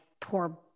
poor